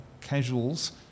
casuals